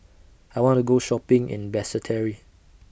I want to Go Shopping in Basseterre